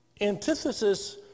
antithesis